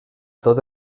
tot